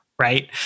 Right